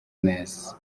neza